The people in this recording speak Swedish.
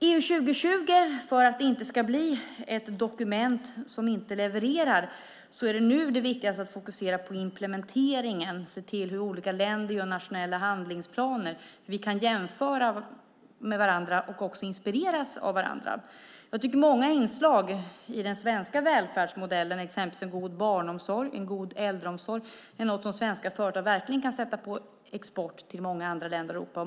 För att inte EU 2020 ska bli ett dokument som inte levererar är det viktigaste nu att fokusera på implementeringen och se till att olika länder gör nationella handlingsplaner. Vi kan jämföra oss med varandra och även inspireras av varandra. Jag tycker att många inslag i den svenska välfärdsmodellen, exempelvis en god barnomsorg och äldreomsorg, är någonting som svenska företag verkligen kan exportera till många andra länder i Europa.